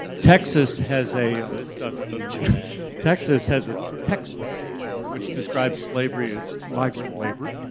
texas has a this does it, doesn't it it texas has a textbook which describes slavery as migrant labor.